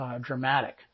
Dramatic